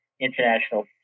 international